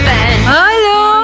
Hello